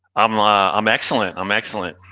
i'm um i'm excellent, i'm excellent.